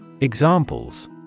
Examples